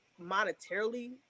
monetarily